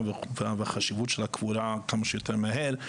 ועל החשיבות של הקבורה כמה שיותר מהר,